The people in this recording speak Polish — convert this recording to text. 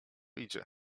idzie